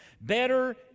Better